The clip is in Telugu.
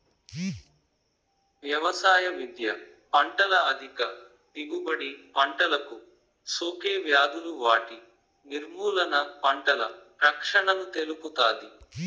వ్యవసాయ విద్య పంటల అధిక దిగుబడి, పంటలకు సోకే వ్యాధులు వాటి నిర్మూలన, పంటల రక్షణను తెలుపుతాది